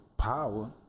power